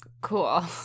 cool